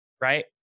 Right